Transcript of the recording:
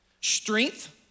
Strength